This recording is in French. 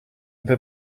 peux